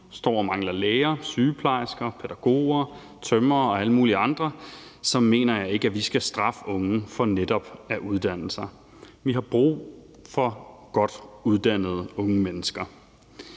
står og mangler læger, sygeplejersker, pædagoger, tømrere og alle mulige andre, mener jeg ikke, at vi skal straffe unge for netop at uddanne sig. Vi har brug for godt uddannede unge mennesker.